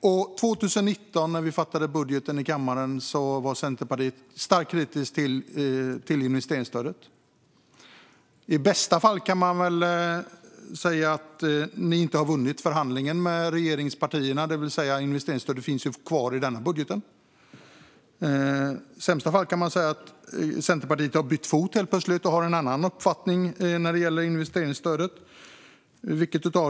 När vi fattade beslut om budgeten för 2019 i kammaren var Centerpartiet starkt kritiskt till investeringsstödet. I bästa fall kan man säga att ni inte har vunnit förhandlingen med regeringspartierna. Investeringsstödet finns kvar i denna budget. I sämsta fall kan man säga att Centerpartiet har bytt fot helt plötsligt och har en annan uppfattning när det gäller investeringsstödet.